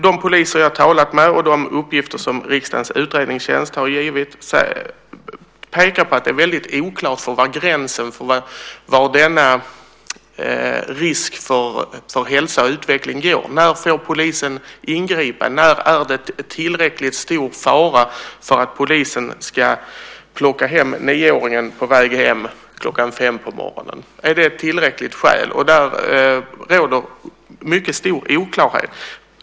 De poliser jag har talat med och de uppgifter som riksdagens utredningstjänst har givit pekar på att det är oklart var gränsen för denna risk för hälsa och utveckling går. När får polisen ingripa? När är det tillräckligt stor fara för att polisen ska kunna plocka hem nioåringen som är på väg hem kl. 5 på morgonen? Är det tillräckligt skäl? Där råder mycket stor oklarhet.